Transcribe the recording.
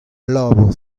labour